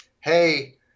hey